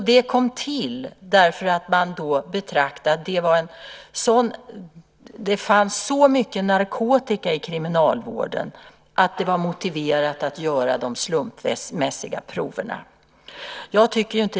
Den kom till därför att det fanns så mycket narkotika i kriminalvården att det var motiverat att göra de slumpmässiga provtagningarna.